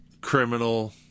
criminal